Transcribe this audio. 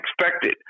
expected